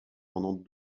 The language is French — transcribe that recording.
pendant